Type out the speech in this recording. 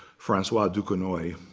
francois duquesnoy.